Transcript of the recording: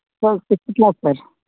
sir sixth class sir